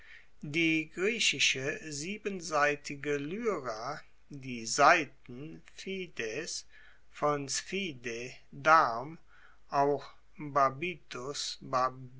die griechische siebensaitige lyra die saiten fides von darm auch